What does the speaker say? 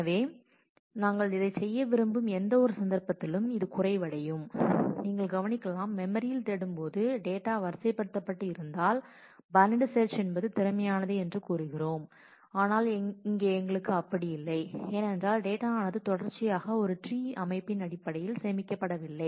எனவே நாங்கள் இதைச் செய்ய விரும்பும் எந்தவொரு சந்தர்ப்பத்திலும் இது குறைவடையும் நீங்கள் கவனிக்கலாம் மெமரியில் தேடும்போது டேட்டா வரிசைப்படுத்தப்பட்டு இருந்தாள் பைனரி செர்ச் என்பது திறமையானது என்று கூறுகிறோம் ஆனால் இங்கே எங்களுக்கு அப்படி இல்லை ஏனென்றால் டேட்டா ஆனது தொடர்ச்சியாக ஒரு ட்ரீ அமைப்பின் அடிப்படையில் சேமிக்கப் பட வில்லை